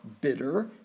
Bitter